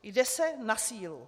Jde se na sílu.